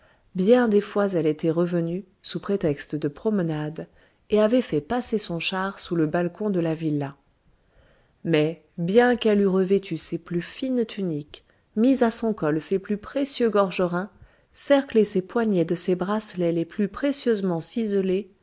bien des fois elle était revenue sous prétexte de promenade et avait fait passer son char sous le balcon de la villa mais bien qu'elle eût revêtu ses plus fines tuniques mis à son col ses plus précieux gorgerins cerclé ses poignets de ses bracelets les plus précieusement